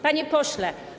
Panie Pośle!